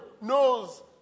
knows